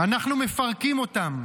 "אנחנו מפרקים אותם.